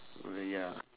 oh ya